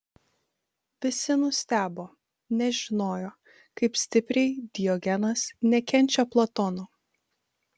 visi nustebo nes žinojo kaip stipriai diogenas nekenčia platono